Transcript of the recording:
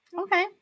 Okay